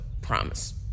Promise